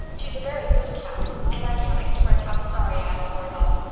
she's a very good cow. and i can't express how sorry i am for it all.